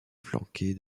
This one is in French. flanqué